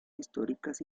históricas